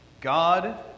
God